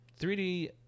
3D